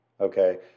Okay